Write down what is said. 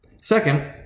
Second